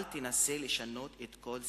אל תנסה לשנות את כל סדריו.